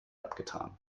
abgetan